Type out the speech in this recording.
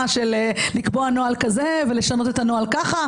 של לקבוע נוהל כזה ולשנות את הנוהל כך.